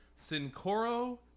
Sincoro